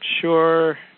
sure